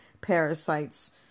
parasites